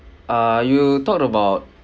ah you talk about